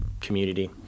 community